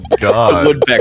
God